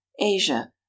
Asia